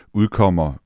udkommer